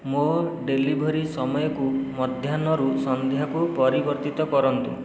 ମୋ' ଡେଲିଭରି ସମୟକୁ ମଧ୍ୟାହ୍ନରୁ ସନ୍ଧ୍ୟାକୁ ପରିବର୍ତ୍ତିତ କରନ୍ତୁ